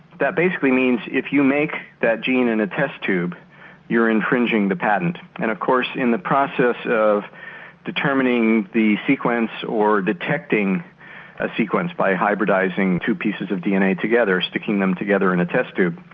that basically means that if you make that gene in a test tube you're infringing the patent and of course in the process of determining the sequence or detecting a sequence by hybridising two pieces of dna together, sticking them together in a test tube,